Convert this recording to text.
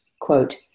Quote